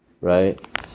right